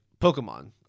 Pokemon